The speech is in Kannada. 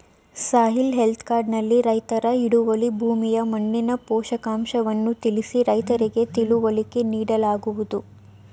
ಸಾಯಿಲ್ ಹೆಲ್ತ್ ಕಾರ್ಡ್ ನಲ್ಲಿ ರೈತರ ಹಿಡುವಳಿ ಭೂಮಿಯ ಮಣ್ಣಿನ ಪೋಷಕಾಂಶವನ್ನು ತಿಳಿಸಿ ರೈತರಿಗೆ ತಿಳುವಳಿಕೆ ನೀಡಲಾಗುವುದು